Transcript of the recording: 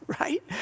right